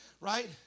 Right